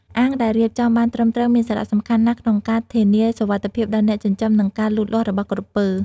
អាងដែលរៀបចំបានត្រឹមត្រូវមានសារៈសំខាន់ណាស់ក្នុងការធានាសុវត្ថិភាពដល់អ្នកចិញ្ចឹម និងការលូតលាស់របស់ក្រពើ។